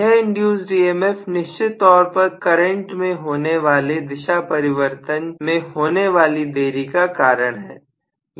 यह induced EMF निश्चित तौर पर करंट में होने वाले दिशा परिवर्तन में होने वाली देरी का कारण है